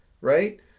Right